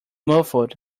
muffled